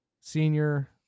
senior